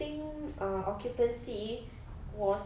think uh occupancy was